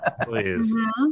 please